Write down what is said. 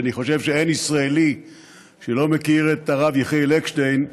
ואני חושב שאין ישראלי שלא מכיר את הרב יחיאל אקשטיין.